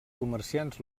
comerciants